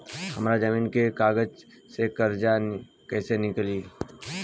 हमरा जमीन के कागज से कर्जा कैसे मिली?